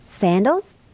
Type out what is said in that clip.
Sandals